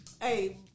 Hey